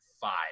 five